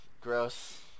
Gross